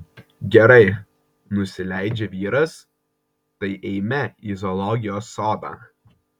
gerai nusileidžia vyras tai eime į zoologijos sodą